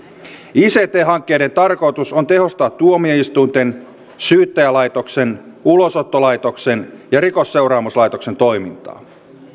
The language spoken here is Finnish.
ict hankkeiden tarkoitus on tehostaa tuomioistuinten syyttäjälaitoksen ulosottolaitoksen ja rikosseuraamuslaitoksen toimintaa